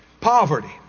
poverty